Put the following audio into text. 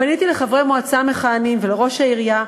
פניתי לחברי מועצה מכהנים ולראש העירייה.